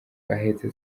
ahetse